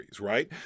right